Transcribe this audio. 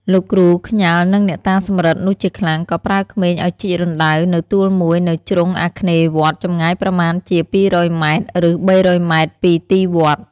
លោកគ្រូខ្ញាល់នឹងអ្នកតាសំរឹទ្ធនោះជាខ្លាំង ក៏ប្រើក្មេងឲ្យជីករណ្ដៅនៅទួលមួយនៅជ្រុងអាគ្នេយ៍វត្ត ចម្ងាយប្រមាណជា ២០០ម. ឬ ៣០០ម. ពីទីវត្ត។